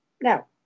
Now